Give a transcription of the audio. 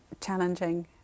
challenging